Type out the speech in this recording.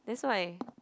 that's why